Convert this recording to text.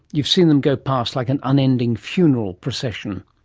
you've seen them go past like an unending funeral procession,